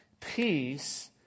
peace